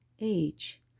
age